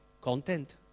content